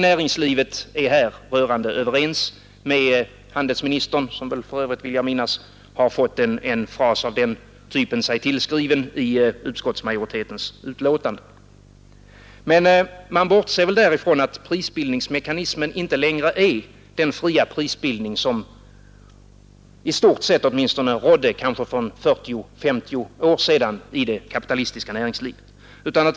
Näringslivet är här rörande överens med handelsministern, som för övrigt — vill jag minnas — har fått en fras av den typen sig tillskriven i utskottsmajoritetens betänkande. Men man bortser väl där från att prisbildningsmekanismen inte längre är den fria prisbildning som i stort sett rådde för kanske 40 — 50 år sedan i det kapitalistiska näringslivet.